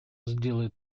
сделает